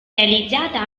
realizzata